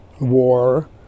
war